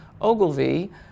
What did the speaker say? Ogilvy